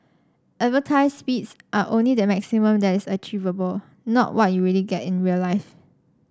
advertised speeds are only the maximum that is achievable not what you really get in real life